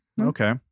Okay